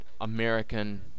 American